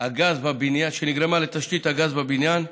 הגז בבניין,